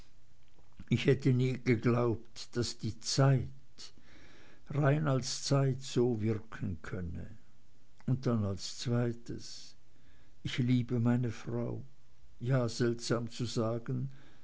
ich hätte nie geglaubt daß die zeit rein als zeit so wirken könne und dann als zweites ich liebe meine frau ja seltsam zu sagen